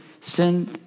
Sin